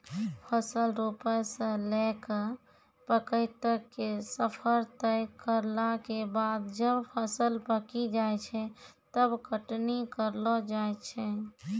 फसल रोपै स लैकॅ पकै तक के सफर तय करला के बाद जब फसल पकी जाय छै तब कटनी करलो जाय छै